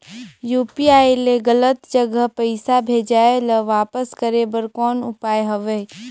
UPI ले गलत जगह पईसा भेजाय ल वापस करे बर कौन उपाय हवय?